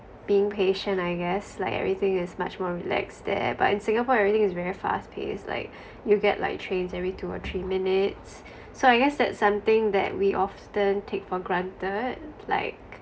being patient I guess like everything is much more relaxed there but in singapore everything is very fast-paced like you get like trains every two or three minutes so I guess that's something that we often take for granted like